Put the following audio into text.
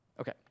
Okay